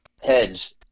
heads